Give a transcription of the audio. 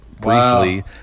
briefly